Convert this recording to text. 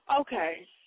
Okay